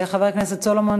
חבר הכנסת סולומון,